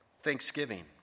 thanksgiving